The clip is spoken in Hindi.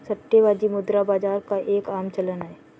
सट्टेबाजी मुद्रा बाजार का एक आम चलन है